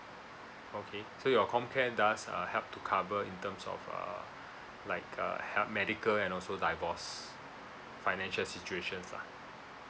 okay so your comm care does uh help to cover in terms of uh like uh h~ medical and also divorce financial situations lah